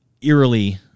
eerily